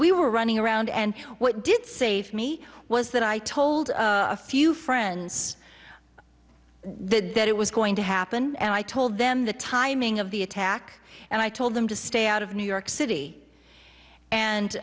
we were running around and what did save me was that i told a few friends that it was going to happen and i told them the timing of the attack and i told them to stay out of new york city